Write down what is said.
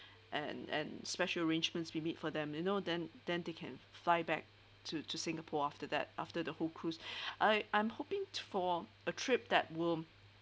and and special arrangements be made for them you know then then they can fly back to to singapore after that after the whole cruise I I'm hoping to for a trip that will